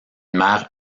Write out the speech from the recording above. mère